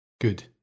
Good